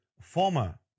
former